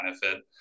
benefit